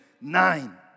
Nine